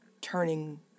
turning